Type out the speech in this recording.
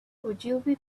ogilvy